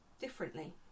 differently